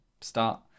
start